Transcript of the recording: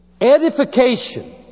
edification